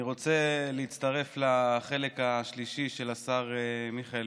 אני רוצה להצטרף לחלק השלישי של השר מיכאל